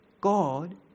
God